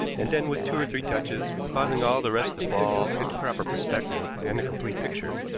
and then, with two or three touches, causing all the rest to fall into proper perspective and a complete picture.